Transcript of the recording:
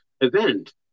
event